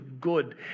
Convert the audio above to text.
good